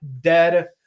dead